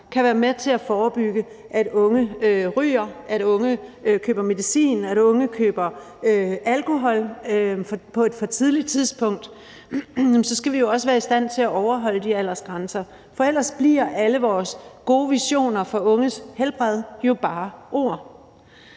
kan være med til at forebygge, at unge ryger, at unge køber medicin, at unge køber alkohol på et for tidligt tidspunkt, så skal vi jo også være i stand til at overholde de aldersgrænser – for ellers bliver alle vores gode visioner for unges helbred jo bare ord.